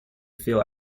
feel